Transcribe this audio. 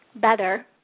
better